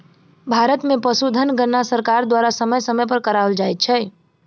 भारत मे पशुधन गणना सरकार द्वारा समय समय पर कराओल जाइत छै